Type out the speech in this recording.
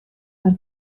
per